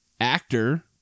actor